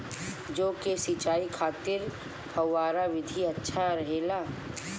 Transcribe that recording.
जौ के सिंचाई खातिर फव्वारा विधि अच्छा रहेला?